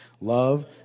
Love